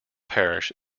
parish